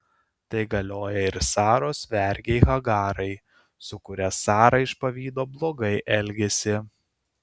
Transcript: tai galioja ir saros vergei hagarai su kuria sara iš pavydo blogai elgėsi